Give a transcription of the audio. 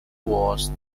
was